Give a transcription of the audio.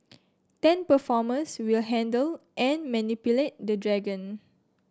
ten performers will handle and manipulate the dragon